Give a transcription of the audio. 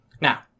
Now